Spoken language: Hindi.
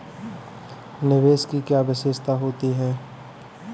निवेश की क्या विशेषता होती है?